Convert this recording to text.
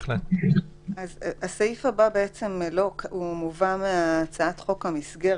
הסעיף הבא מובא מהצעת חוק המסגרת,